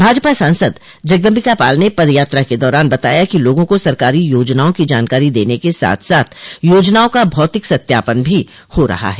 भाजपा सांसद जगदम्बिकापाल ने पद यात्रा के दौरान बताया कि लोगों को सरकारी योजनाओं की जानकारी देने को साथ साथ योजनाओं का भौतिक सत्यापन भी हो रहा है